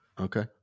okay